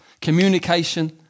communication